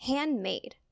Handmade